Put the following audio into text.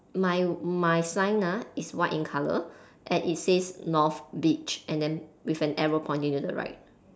my my sign ah is white in colour and it says north beach and then with an arrow pointing to the right